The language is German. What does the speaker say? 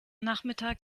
nachmittag